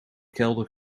kelder